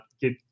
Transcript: get